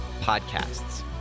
podcasts